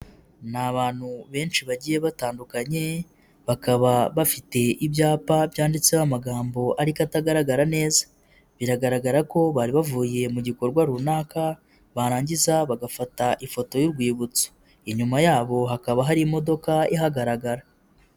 Ni abantu benshi bagiye batandukanye bakaba bafite ibyapa byanditseho amagambo ariko atagaragara neza, biragaragara ko bari bavuye mu gikorwa runaka barangiza bagafata ifoto y'urwibutso, inyuma yabo hakaba hari imodoka ihagaragara.